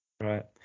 Right